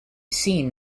seen